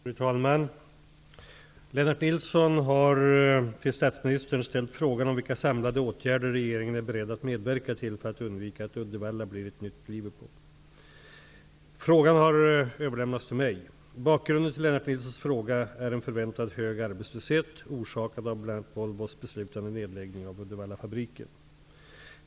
Fru talman! Lennart Nilsson har till statsministern ställt frågan om vilka samlade åtgärder regeringen är beredd att medverka till för att undvika att Uddevalla blir ett nytt Liverpool. Frågan har överlämnats till mig. Bakgrunden till Lennart Nilssons fråga är en förväntad hög arbetslöshet orsakad av bl.a. Volvos beslutade nedläggning av Uddevallafabriken.